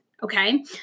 Okay